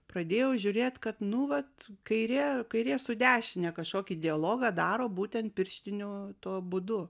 pradėjau žiūrėt kad nu vat kairė kairė su dešine kažkokį dialogą daro būtent pirštiniu tuo būdu